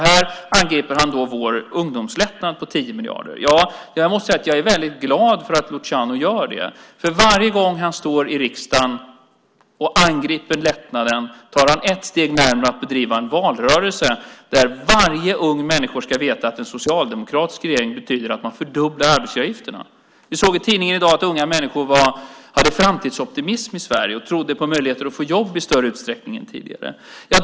Här angriper han vår ungdomslättnad på 10 miljarder. Jag måste säga att jag är väldigt glad att Luciano gör det. Varje gång han står i riksdagens talarstol och angriper lättnaden tar han ett steg närmare att bedriva en valrörelse där varje ung människa ska veta att en socialdemokratisk regering betyder att man fördubblar arbetsgivaravgifterna. Vi såg i tidningen i dag att unga människor har framtidsoptimism i Sverige och tror på möjligheten att få jobb i större utsträckning än tidigare.